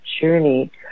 journey